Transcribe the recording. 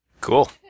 Cool